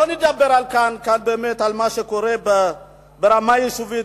שלא לדבר כאן באמת על מה שקורה ברמה היישובית,